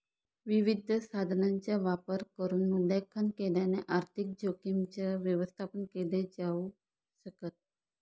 विविध साधनांचा वापर करून मूल्यांकन केल्याने आर्थिक जोखीमींच व्यवस्थापन केल जाऊ शकत